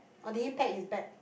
oh did he pack his bag